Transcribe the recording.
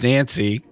Nancy